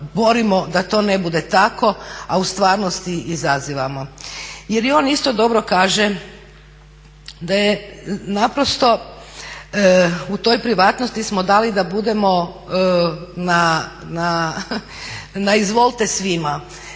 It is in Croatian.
borimo da to ne bude tako, a u stvarnosti izazivamo. Jer i on isto dobro kaže da je naprosto u toj privatnosti smo dali da budemo na izvolite svima.